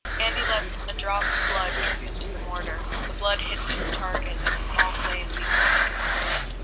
andy lets a drop of blood drip into the mortar. the blood hits its target and a small flame leaps up to consume it.